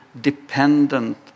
dependent